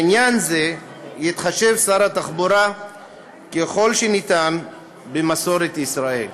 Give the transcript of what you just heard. בעניין זה יתחשב שר התחבורה ככל שניתן במסורת ישראל.